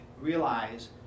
realize